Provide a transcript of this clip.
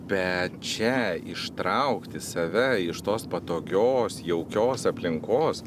bet čia ištraukti save iš tos patogios jaukios aplinkos